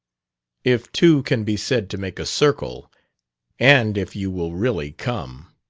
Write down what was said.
if two can be said to make a circle and if you will really come.